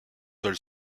sol